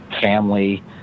family